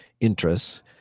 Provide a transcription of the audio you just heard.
interests